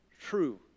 true